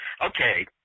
Okay